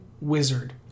wizard